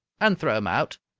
and throw him out.